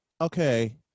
Okay